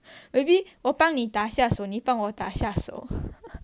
maybe 我帮你打下手你帮我打下手